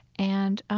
and